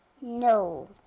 No